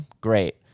Great